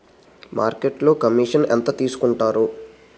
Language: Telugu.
మార్కెట్లో కమిషన్ ఎంత తీసుకొంటారు?